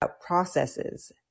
processes